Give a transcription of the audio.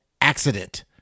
accident